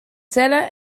tellen